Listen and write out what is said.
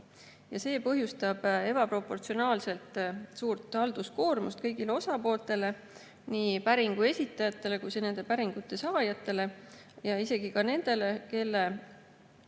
See põhjustab ebaproportsionaalselt suurt halduskoormust kõigile osapooltele, nii päringu esitajatele kui ka nende päringute saajatele, isegi siis, kui selles